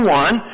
one